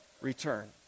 return